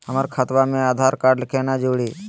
हमर खतवा मे आधार कार्ड केना जुड़ी?